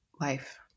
life